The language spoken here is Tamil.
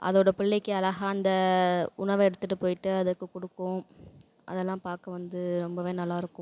அதோட பிள்ளைக்கு அழகா அந்த உணவை எடுத்துட்டு போய்ட்டு அதுக்கு கொடுக்கும் அதெல்லாம் பார்க்க வந்து ரொம்ப நல்லா இருக்கும்